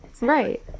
Right